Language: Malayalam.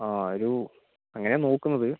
ആ ഒരു അങ്ങനെയാണ് നോക്കുന്നത്